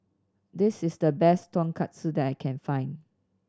this is the best Tonkatsu that I can find